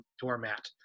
doormat